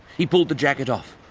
he pulled the jacket off,